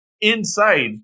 inside